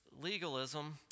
legalism